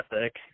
ethic